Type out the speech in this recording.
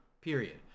period